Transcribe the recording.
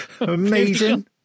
Amazing